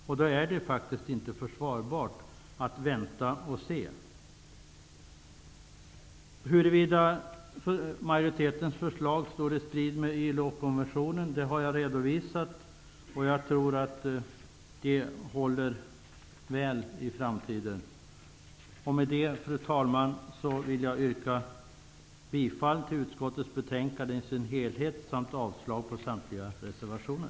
Då är det faktiskt inte försvarbart att vänta och se. Frågan om majoritetens förslag står i strid med ILO-konventionen har jag redan talat om. Jag tror att vår ståndpunkt håller väl i framtiden. Med det, fru talman, vill jag yrka bifall till utskottets betänkande i dess helhet samt avslag på samtliga reservationer.